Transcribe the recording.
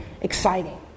exciting